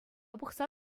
пӑхса